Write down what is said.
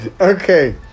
Okay